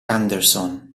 anderson